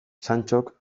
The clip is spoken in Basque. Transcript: santxok